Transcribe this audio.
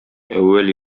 әүвәл